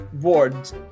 wards